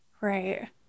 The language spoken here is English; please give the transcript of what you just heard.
Right